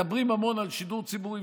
מדברים המון על שידור ציבורי,